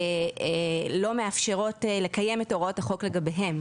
לא מאפשרים לקיים את הוראות החוק לגביהם.